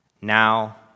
Now